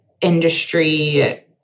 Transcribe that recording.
industry